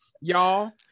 y'all